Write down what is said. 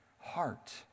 heart